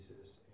Jesus